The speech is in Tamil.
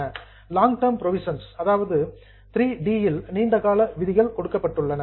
3 லாங் டர்ம் புரோவிஷன்ஸ் நீண்டகால விதிகள் ஆகும்